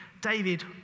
David